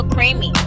Creamy